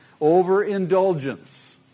Overindulgence